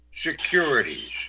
Securities